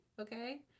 okay